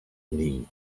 knee